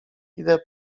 idę